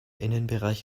innenbereich